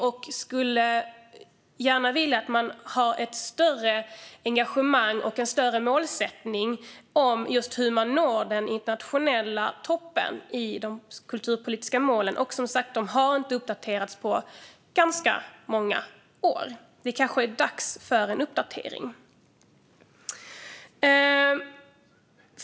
Jag skulle gärna vilja att man har ett större engagemang och en större målsättning i de kulturpolitiska målen när det gäller just hur man når den internationella toppen. Och, som sagt, målen har inte uppdaterats på ganska många år. Det kanske är dags för en uppdatering.